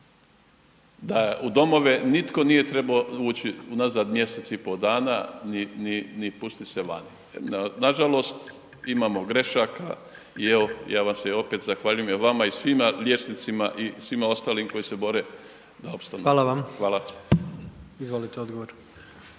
da u domove nitko nije trebao ući unazad mjesec i pol dana ni pustit se vani. Nažalost, imamo grešaka i evo ja vam se opet zahvaljujem i vama i svima liječnicima i svima ostalim koji se bore da opstanu. Hvala. **Jandroković, Gordan